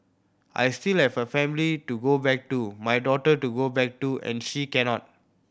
I still have a family to go back to my daughter to go back to and she cannot